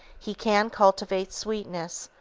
he can cultivate sweetness,